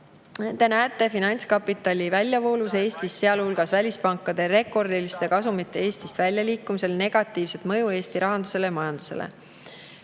te näete finantskapitali väljavoolus Eestist, sealhulgas välispankade rekordiliste kasumite Eestist väljaliikumisel negatiivset mõju Eesti rahandusele ja majandusele?"